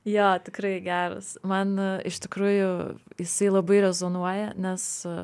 jo tikrai geras man iš tikrųjų jisai labai rezonuoja nes